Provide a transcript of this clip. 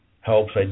helps